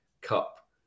cup